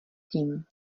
tím